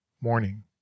Morning